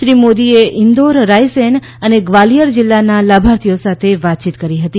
શ્રી મોદીએ ઇન્દોર રાયસેન અને ગ્વાલિયર જીલ્લાનાં લાભાર્થીઓ સાથે વાયચીત કરી હતી